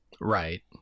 Right